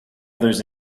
others